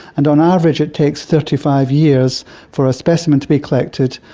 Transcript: and on average it takes thirty five years for a specimen to be collected,